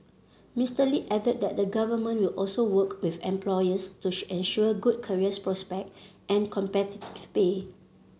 Mister Lee added that the Government will also work with employers to ensure good career prospect and competitive pay